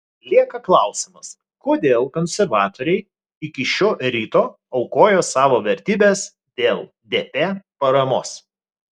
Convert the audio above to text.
lieka klausimas kodėl konservatoriai iki šio ryto aukojo savo vertybes dėl dp paramos